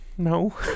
No